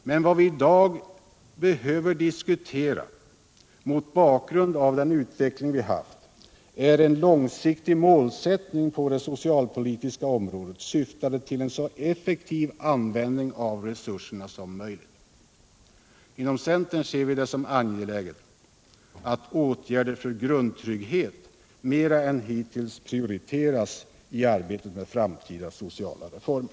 Men mot bakgrund av den utveckling vi haft behöver vi i dag diskutera en långsiktig målsättning på det socialpolitiska området, syftande till en så effektiv användning av resurserna som möjligt. Inom centern ser vi det som angeläget att åtgärder för grundtrygghet mera än hittills prioriteras i arbetet med framtida sociala reformer.